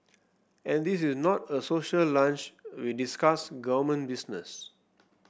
and this is not a social lunch we discuss government business